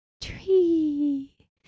tree